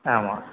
ஆமாம்